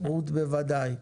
רות , בוודאי.